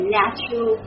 natural